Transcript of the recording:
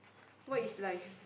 what is life